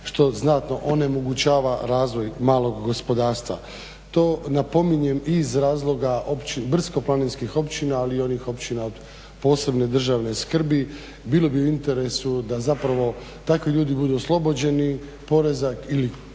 što znatno onemogućava razvoj malog gospodarstva. To napominjem iz razloga brdsko-planinski općina, ali i onih općina od posebne državne skrbi. Bilo bi u interesu da zapravo takvi ljudi budu oslobođeni poreza ili